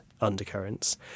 undercurrents